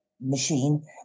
machine